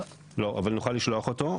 לא, אבל נוכל לשלוח אותו.